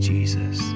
Jesus